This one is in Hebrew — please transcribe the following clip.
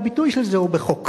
והביטוי של זה הוא בְּחוק.